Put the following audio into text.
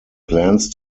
plans